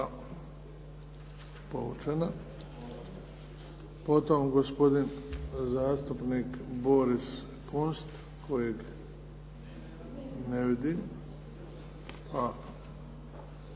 Povučena. Potom gospodin zastupnik Boris Kunst kojeg ne vidim